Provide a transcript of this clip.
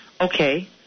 Okay